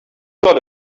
got